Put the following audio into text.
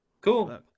Cool